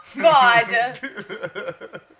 God